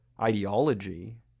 ideology